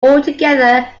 altogether